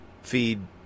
feed